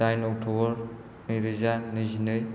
दाइन अक्ट'बर नैरोजा नैजिनै